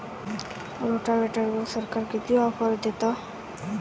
रोटावेटरवर सरकार किती ऑफर देतं?